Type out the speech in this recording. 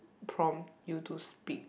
prompt you to speak